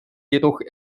jedoch